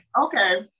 Okay